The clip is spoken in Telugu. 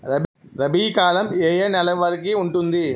రబీ కాలం ఏ ఏ నెల వరికి ఉంటుంది?